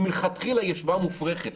מלכתחילה זאת השוואה מופרכת.